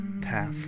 path